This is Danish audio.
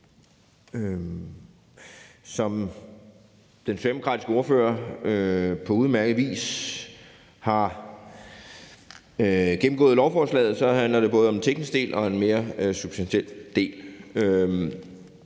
det. Den socialdemokratiske ordfører har på udmærket vis gennemgået lovforslaget, som både handler om en teknisk del og en mere substantiel del.